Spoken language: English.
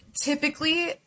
typically